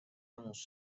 موسی